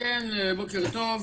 בוקר טוב.